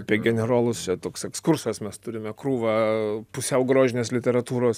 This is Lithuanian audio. apie generolus čia toks ekskursas mes turime krūvą pusiau grožinės literatūros